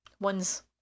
one's